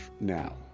now